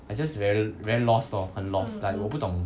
I just very very lost lor 很 lost like 我不懂